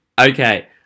okay